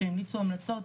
שהמליצו המלצות,